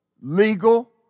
legal